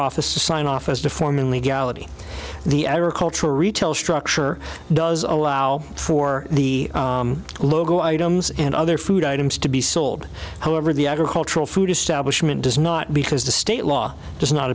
office sign off as deforming legality the agricultural retail structure does allow for the logo items and other food items to be sold however the agricultural food establishment does not because the state law does not